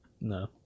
no